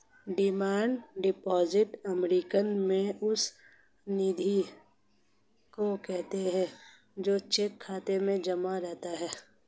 demand deposit American में उस निधि को कहते हैं जो चेक खाता में जमा रहती है